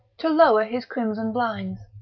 to lower his crimson blinds.